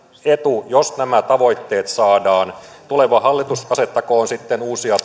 etu jos nämä tavoitteet saadaan tuleva hallitus asettakoon sitten uusia